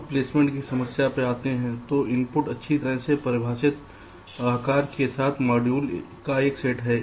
अब प्लेसमेंट की समस्या पर आते है तो इनपुट अच्छी तरह से परिभाषित आकार के साथ मॉड्यूल का एक सेट है